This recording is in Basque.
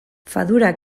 fadura